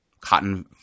Cotton